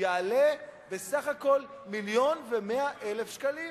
מיליון ו-100,000 שקלים,